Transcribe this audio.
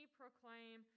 proclaim